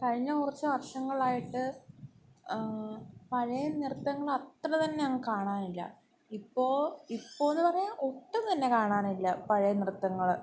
കഴിഞ്ഞ കുറച്ചു വർഷങ്ങളായിട്ട് പഴയ നൃത്തങ്ങളത്രതന്നെയങ്ങു കാണാനില്ല ഇപ്പോള് ഇപ്പോഴെന്ന് പറഞ്ഞാല് ഒട്ടും തന്നെ കാണാനില്ല പഴയ നൃത്തങ്ങള്